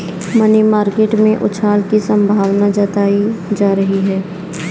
money market में उछाल की संभावना जताई जा रही है